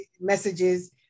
messages